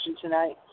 tonight